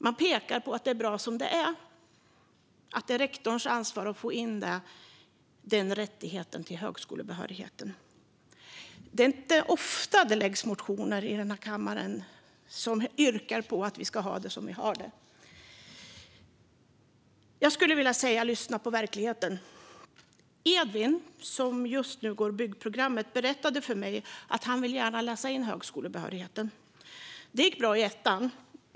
Man pekar på att det är bra som det är och att det är rektorns ansvar att tillgodose rätten till högskolebehörighet. Det är inte ofta det väcks motioner i riksdagen där man yrkar på att vi ska ha det som vi har det. Jag skulle vilja säga: Lyssna på verkligheten! Edvin, som just nu läser byggprogrammet, berättade för mig att han gärna vill läsa in högskolebehörigheten. Det gick bra i ettan.